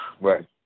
Right